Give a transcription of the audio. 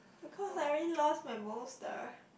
because I really lost my booster